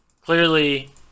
Clearly